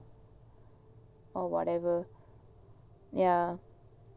or whatever ya